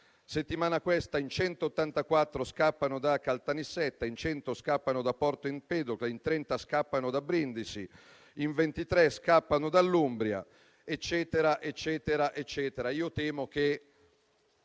settimana in 184 scappano da Caltanissetta, in 100 scappano da Porto Empedocle, in 30 scappano da Brindisi, in 23 scappano dall'Umbria, eccetera, eccetera. Temo che